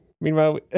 meanwhile